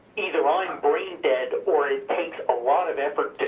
either i'm braindead or it takes lot of effort